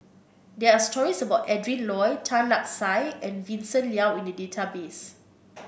there're stories about Adrin Loi Tan Lark Sye and Vincent Leow in the database